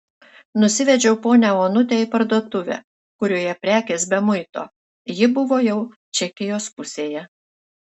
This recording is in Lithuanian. nusivedžiau ponią onutę į parduotuvę kurioje prekės be muito ji buvo jau čekijos pusėje